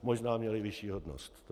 Možná měli vyšší hodnost.